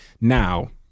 Now